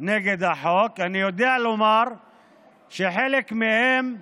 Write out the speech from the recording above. נגד החוק, אני יודע לומר שחלק מהם,